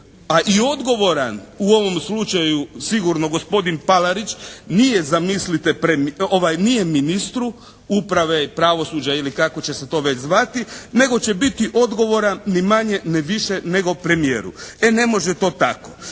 a i odgovoran u ovom slučaju sigurno gospodin Palarić nije zamislite, nije ministru uprave i pravosuđa ili kako će se to već zvati nego će biti odgovoran ni manje ni više nego premijeru. E ne može to tako.